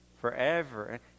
forever